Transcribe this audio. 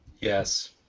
Yes